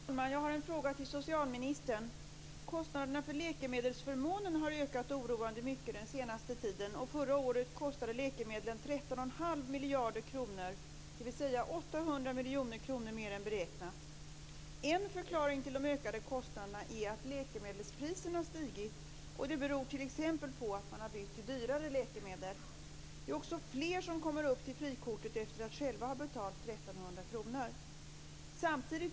Fru talman! Jag har en fråga till socialministern. Kostnaderna för läkemedelsförmånen har ökat oroande mycket den senaste tiden. Förra året kostade läkemedlen 13 1⁄2 miljard kronor, dvs. 800 miljoner kronor mer än beräknat. Det är också fler som kommer upp till frikortet efter att själva ha betalat 1 300 kr.